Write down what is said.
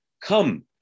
come